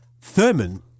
Thurman